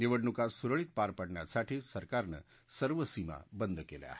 निवडणुका सुरळीत पार पाडण्यासाठी सरकारनं सर्व सीमा बंद केल्या आहेत